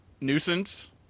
nuisance